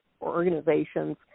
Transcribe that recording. organizations